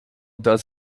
does